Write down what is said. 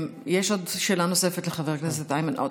יש עוד שאלה נוספת לחבר הכנסת איימן עודה.